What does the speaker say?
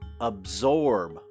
absorb